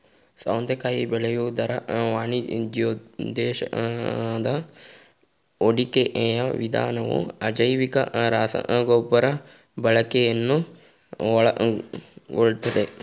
ಸೌತೆಕಾಯಿ ಬೆಳೆಯುವುದರ ವಾಣಿಜ್ಯೋದ್ದೇಶದ ವಾಡಿಕೆಯ ವಿಧಾನವು ಅಜೈವಿಕ ರಸಗೊಬ್ಬರ ಬಳಕೆಯನ್ನು ಒಳಗೊಳ್ತದೆ